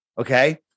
okay